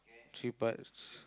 three parts